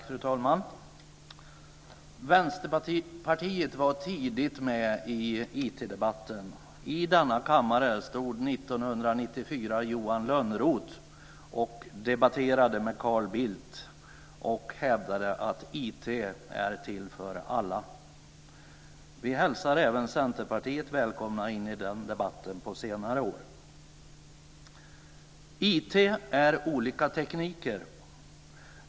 Fru talman! Vänsterpartiet var tidigt med i IT debatten. I denna kammare stod 1994 Johan Lönnroth och debatterade med Carl Bildt och hävdade att IT är till för alla. Under senare år har vi även hälsat Centerpartiet välkommet till den debatten. IT är olika tekniker.